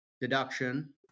deduction